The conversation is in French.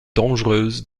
dangereuse